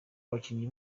abakinnyi